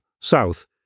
south